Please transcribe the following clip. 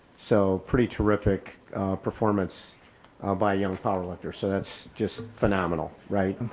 so pretty terrific performance by young powerlifter. so that's just phenomenal, right? and